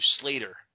Slater